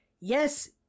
yes